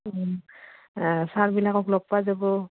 ছাৰবিলাকক লগ পোৱা যাব